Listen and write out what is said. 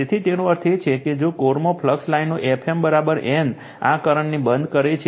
તેથી તેનો અર્થ એ છે કે કોરમાં ફ્લક્સ લાઇનઓ Fm N ના કરંટને બંધ કરે છે